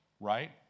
right